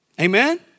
Amen